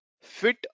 fit